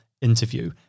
interview